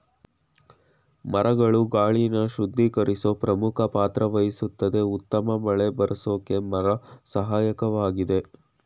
ಮರಗಳು ಗಾಳಿನ ಶುದ್ಧೀಕರ್ಸೋ ಪ್ರಮುಖ ಪಾತ್ರವಹಿಸ್ತದೆ ಉತ್ತಮ ಮಳೆಬರ್ರ್ಸೋಕೆ ಮರ ಸಹಾಯಕವಾಗಯ್ತೆ